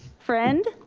friend?